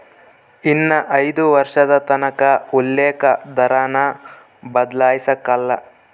ಇನ್ನ ಐದು ವರ್ಷದತಕನ ಉಲ್ಲೇಕ ದರಾನ ಬದ್ಲಾಯ್ಸಕಲ್ಲ